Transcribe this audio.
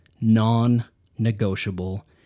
Non-negotiable